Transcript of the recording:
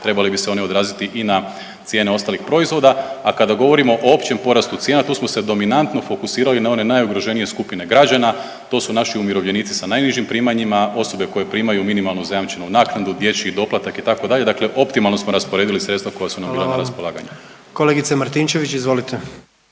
trebali bi se oni odraziti i na cijene ostalih proizvoda. A kada govorimo o općem porastu cijena, tu smo se dominantno fokusirali na one najugroženije skupine građana, to su naši umirovljenici sa najnižim primanjima, osobe koje primaju minimalnu zajamčenu naknadu, dječji doplatak itd., dakle optimalno smo rasporedili sredstva koja su nam bila na raspolaganju. **Jandroković, Gordan